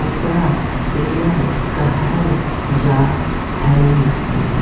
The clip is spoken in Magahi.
ओकरा पेयर कहल जा हइ